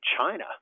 China